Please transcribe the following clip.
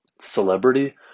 Celebrity